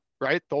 right